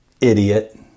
idiot